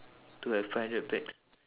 to have five hundred pax